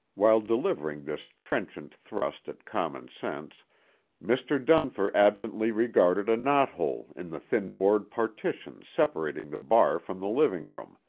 while delivering this trenchant thrust at common sense mr. dunfer absently regarded a knot-hole in the thin board partition separating the bar from the living-room,